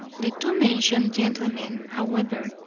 the two mentioned gentlemen, however,